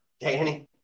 Danny